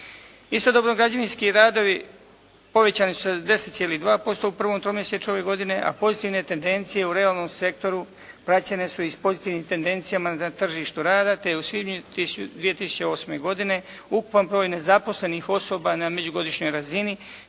Istodobno građevinski radovi povećani su za 10,2% u prvom tromjesečju ove godine, a pozitivne tendencije u realnom sektoru praćene su i s pozitivnim tendencijama na tržištu rada te je u svibnju 2008. godine ukupan broj nezaposlenih osoba na međugodišnjoj razini